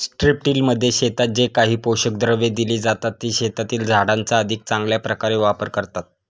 स्ट्रिपटिलमध्ये शेतात जे काही पोषक द्रव्ये दिली जातात, ती शेतातील झाडांचा अधिक चांगल्या प्रकारे वापर करतात